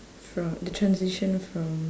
fro~ the transition from